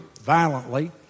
violently